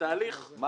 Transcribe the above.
מה